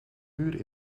muur